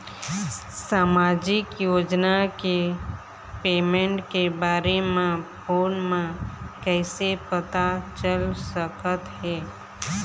सामाजिक योजना के पेमेंट के बारे म फ़ोन म कइसे पता चल सकत हे?